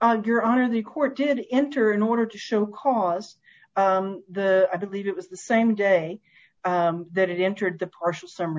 ugh your honor the court did enter in order to show cause the i believe it was the same day that it entered the partial summary